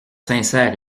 sincères